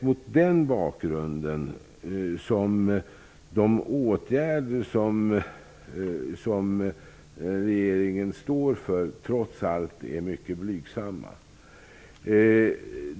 Mot den bakgrunden är de åtgärder som regeringen står för trots allt mycket blygsamma.